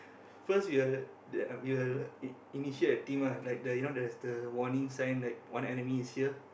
first we'll the we'll ini~ initiate a team lah like the you know there's the warning sign like one enemy is here